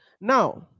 Now